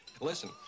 listen